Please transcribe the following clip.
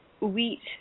wheat